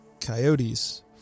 coyotes